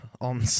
on